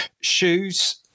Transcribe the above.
shoes